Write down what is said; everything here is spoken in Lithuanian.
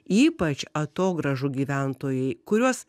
ypač atogrąžų gyventojai kuriuos